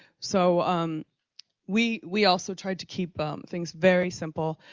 so um we we also tried to keep um things very simple.